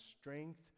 strength